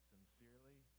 Sincerely